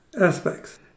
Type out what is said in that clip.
aspects